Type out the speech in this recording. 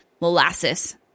molasses